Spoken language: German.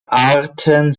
arten